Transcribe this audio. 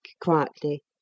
quietly